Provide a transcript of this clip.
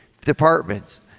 departments